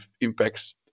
impacts